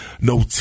No